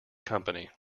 company